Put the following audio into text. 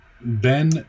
Ben